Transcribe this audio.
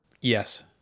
Yes